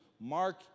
Mark